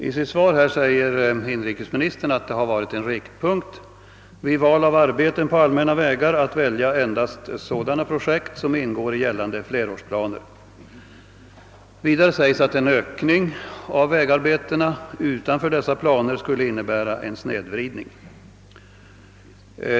I sitt svar säger inrikesministern, att det varit en riktpunkt vid val av arbeten på allmänna vägar att välja endast sådana projekt som ingår i gällande flerårsplaner. Vidare säges att en öÖkning av vägarbetena utanför dessa planer skulle innebära en snedvridning.